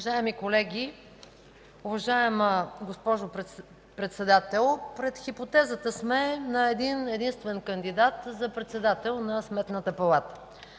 Уважаеми колеги, уважаема госпожо Председател! Пред хипотезата сме на един-единствен кандидат за председател на Сметната палата,